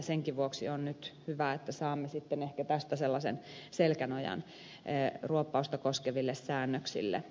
senkin vuoksi on nyt hyvä että saamme sitten ehkä tästä sellaisen selkänojan ruoppausta koskeville säännöksille